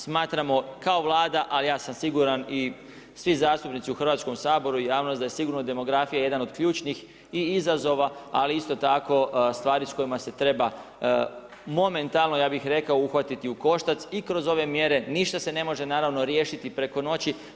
Smatramo kao Vlada, a ja sam siguran i svi zastupnici u Hrvatskoj i javnost da je sigurno demografija jedan od ključnih i izazova, ali isto tako stvari s kojima se treba momentalno ja bih rekao uhvatiti u koštac i kroz ove mjere ništa se ne može naravno riješiti preko noći.